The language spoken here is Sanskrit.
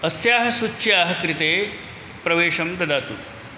अस्याः सुच्याः कृते प्रवेशं ददातु